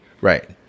Right